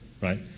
right